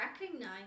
recognize